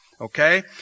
okay